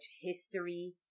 history